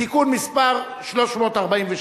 תיקון מס' 342,